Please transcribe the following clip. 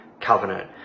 covenant